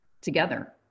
together